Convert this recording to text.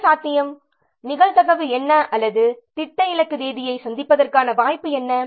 என்ன சாத்தியம் நிகழ்தகவு என்ன அல்லது திட்ட இலக்கு தேதியை சந்திப்பதற்கான வாய்ப்பு என்ன